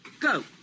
Go